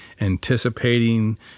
anticipating